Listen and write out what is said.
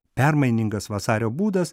permainingas vasario būdas